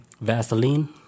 Vaseline